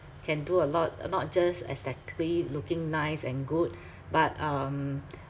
can do a lot not just aesthetically looking nice and good but um